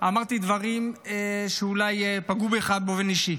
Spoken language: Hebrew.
אמרתי דברים שאולי פגעו בך באופן אישי.